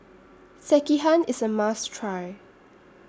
Sekihan IS A must Try